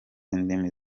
indimi